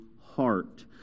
heart